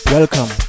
Welcome